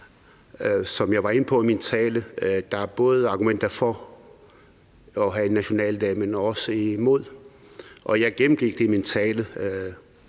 Som jeg var inde på i min tale, er der både argumenter for at have en nationaldag, men også imod, og jeg gennemgik det i min tale.